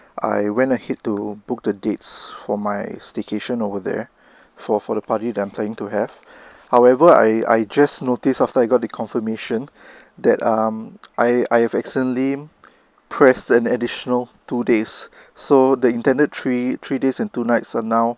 I went ahead to book the dates for my staycation over there for for the party that I planning to have however I I just noticed after I got the confirmation that um I I have accidentally press an additional two days so they intended three three days and two nights so now